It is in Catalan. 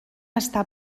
està